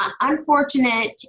unfortunate